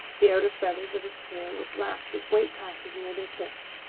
the outer feathers of his tail were black with white patches near their tips.